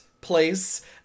place